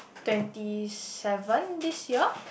twenty seven this year